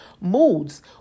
moods